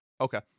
Okay